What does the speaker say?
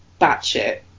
batshit